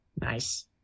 Nice